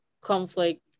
conflict